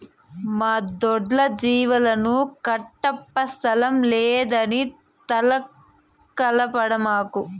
మా దొడ్లో జీవాలను కట్టప్పా స్థలం లేదని తనకలాడమాకు